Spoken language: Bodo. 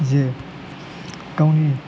जे गावनि